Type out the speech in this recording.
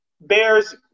Bears